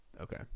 okay